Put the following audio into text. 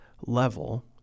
level